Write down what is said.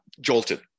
jolted